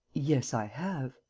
yes, i have.